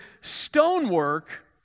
stonework